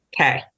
Okay